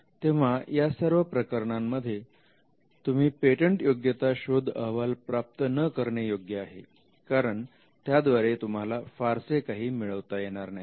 तेव्हा या सर्व प्रकरणांमध्ये तुम्ही पेटंटयोग्यता शोध अहवाल प्राप्त न करणे योग्य आहे करण त्याद्वारे तुम्हाला फारसे काही मिळवता येणार नाही